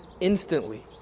instantly